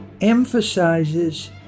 emphasizes